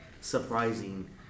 surprising